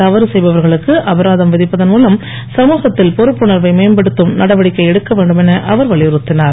தவறு செய்பவர்களுக்கு அபராதம் விதிப்பதன் மூலம் சமூகத்தில் பொறுப்புணர்வை மேம்படுத்தும் நடவடிக்கை எடுக்க வேண்டும் என அவர் வலியுறுத்தினார்